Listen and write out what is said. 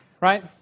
right